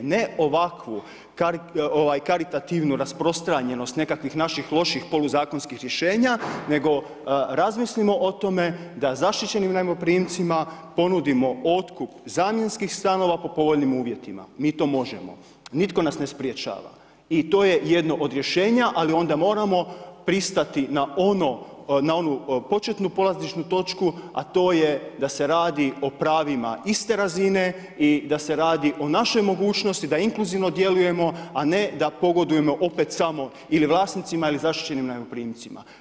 Ne ovakvu karitativnu rasprostranjenost nekakvih naših loših poluzakonskih rješenja, nego razmislimo o tome da zaštićenim najmoprimcima ponudimo otkup zamjenskih stanova po povoljnim uvjetima, mi to možemo, nitko nas ne sprječava i to je jedno od rješenja ali onda moramo pristati na onu početnu polazišnu točku a to je da se radi o pravima iste razine i da se radi o našoj mogućnosti, da inkluzivno djelujemo a ne da pogodujemo opet samo ili vlasnicima ili zaštićenim najmoprimcima.